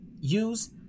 use